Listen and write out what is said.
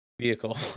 Vehicle